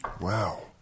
wow